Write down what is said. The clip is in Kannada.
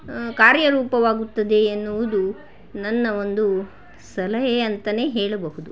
ಕಾರ್ಯರೂಪವಾಗುತ್ತದೆ ಎನ್ನುವುದು ನನ್ನ ಒಂದು ಸಲಹೆ ಅಂತ ಹೇಳಬಹುದು